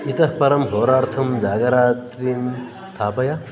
इतः परं होरार्थं जागरात्रिं स्थापय